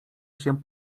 się